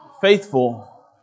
faithful